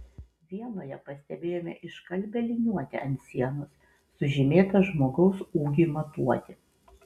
vienoje pastebėjome iškalbią liniuotę ant sienos sužymėtą žmogaus ūgiui matuoti